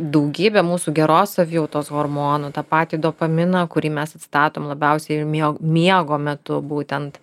daugybė mūsų geros savijautos hormonų tą patį dopaminą kurį mes atstatom labiausiai jo miego metu būtent